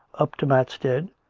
up to mat stead,